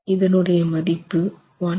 இதனுடைய மதிப்பு 191